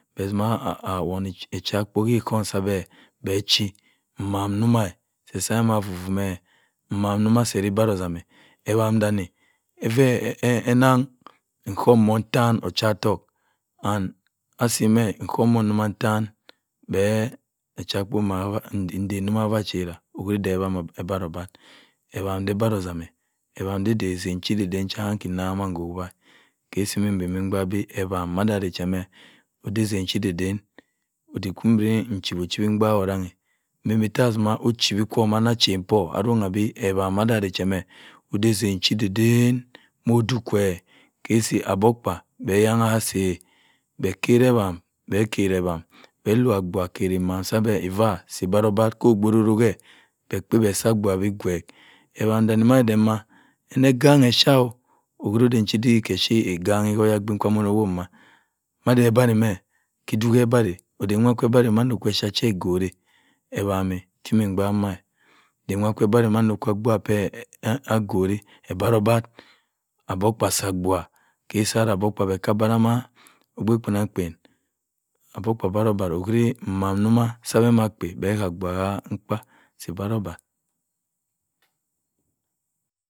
Beh tima wonh icha-ekpo su osohm sebeh beh chi mman ise-sa beh afu-fuh meh. mma noma se ju bera otam. ewam dane enang osohm morh ntan ocha-ottok &> asimeh osohm morh kwo ntan beh ma nten cho ma chare. ujiri kwa ewam ebare obah. ewam doh ebareh otam. ke-osi mbembe mbaake beh ewam ma danne. ode esang chi-deden odiek kwu mmi nkwuwe-okwuwu mbaake ku sangh. mbembe ta itami ochiwi kwa. achen po arongh bah ewam madanne ode esang chi-deden modokwu. ke-osi aba-akpa beh ma kere ewan. beh ma wka abuagha akere mwam se abhe. se ubare-ubare sa okpei roto. peh kpeh beh sa abuagha beh kweph. Ewan danema na ganha esha. okwiri ke den chi ediek ke hangha ma oya-gbin ma okpei kwa mina onuma. ka ose kwa ebereh mina kwa esha-che eguri. ewam chi nni mbaake ma aba-akpa asi abuagha ke osi aba-akpen aba-akpa bara-obeh okwira owum njih sa beh ima agbeh si bare-obah